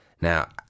Now